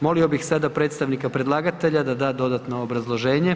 Molio bih sada predstavnika predlagatelja da da dodatno obrazloženje.